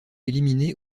éliminée